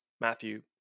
Matthew